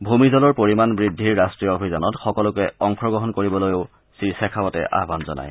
ভূমিজলৰ পৰিমাণ বুদ্ধিৰ ৰাষ্ট্ৰীয় অভিযানত সকলোকে অংশগ্ৰহণ কৰিবলৈও শ্ৰীশেখাৱটে আহান জনায়